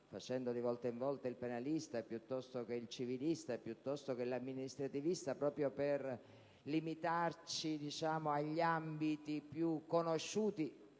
facendo di volta in volta il penalista piuttosto che il civilista o l'amministrativista (proprio per limitarci agli ambiti più conosciuti,